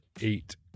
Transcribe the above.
eight